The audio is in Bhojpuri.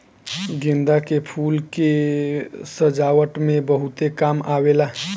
गेंदा के फूल के सजावट में बहुत काम आवेला